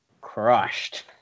crushed